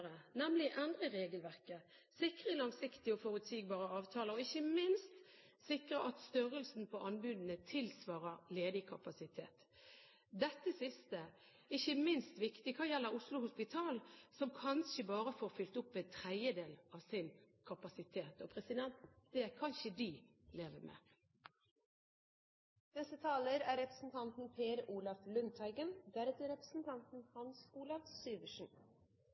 nemlig endre regelverket, sikre langsiktige og forutsigbare avtaler og ikke minst sikre at størrelsen på anbudene tilsvarer ledig kapasitet. Dette siste er ikke minst viktig hva gjelder Oslo Hospital, som kanskje bare får fylt opp en tredjedel av sin kapasitet. Det kan ikke de leve med. Rammevilkår for ideelle aktører som driver helse-, omsorgs- og barnevernstjenester, er et viktig saksfelt. Dette er